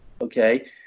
Okay